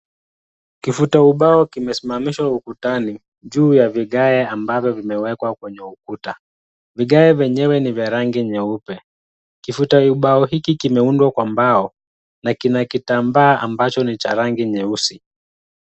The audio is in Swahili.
Kifutaubao kimesimamishwa ukutani juu ya vigae ambavyo vimewekwa kwenye ukuta. Vigae vyenyewe ni vya rangi nyeupe. Kifutaubao hiki kimeundwa kwa mbao na kina kitambaa ambacho ni cha rangi nyeusi.